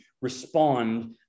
respond